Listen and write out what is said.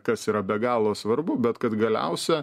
kas yra be galo svarbu bet kad galiausia